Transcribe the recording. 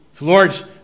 lord